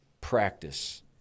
practice